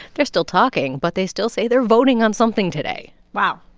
they're still talking. but they still say they're voting on something today wow.